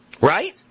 right